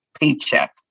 paycheck